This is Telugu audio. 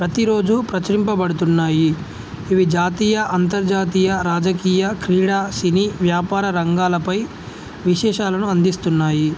ప్రతిరోజు ప్రచురింపబడుతున్నాయి ఇవి జాతీయ అంతర్జాతీయ రాజకీయ క్రీడా సినీ వ్యాపార రంగాలపై విశేషాలను అందిస్తున్నాయి